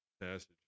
passage